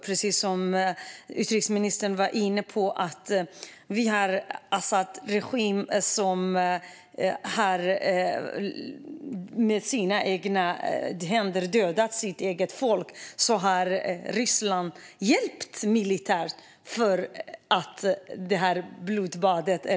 Precis som utrikesministern var inne på har vi också Asadregimen, som med sina händer har dödat sitt eget folk. Ryssland har hjälpt till militärt i det här blodbadet.